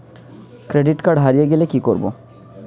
Credit card হারিয়ে গেলে কি করব?